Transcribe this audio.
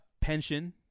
Pension